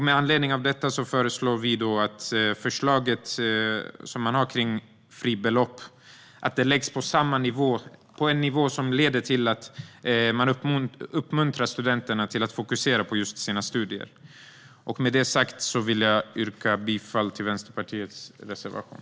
Med anledning av detta föreslår vi att fribeloppet läggs på en nivå som uppmuntrar studenterna att fokusera på sina studier. Jag yrkar bifall till Vänsterpartiets reservation.